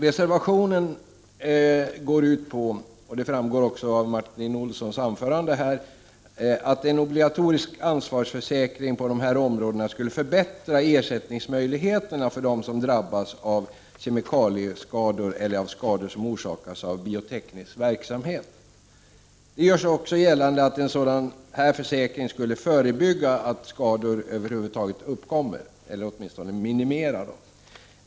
Reservationerna går ut på — det framgår också av Martin Olssons anförande — att en obligatorisk ansvarsförsäkring på de här områdena skulle förbättra ersättningsmöjligheterna för dem som drabbas av kemikalieskador eller av skador som orsakas av bioteknisk verksamhet. Det görs också gällande att en sådan här försäkring skulle förebygga att skador över huvud taget uppkommer — eller åtminstone minimera dem.